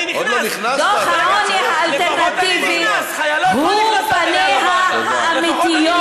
דוח העוני האלטרנטיבי, עד מתי,